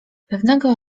pewnego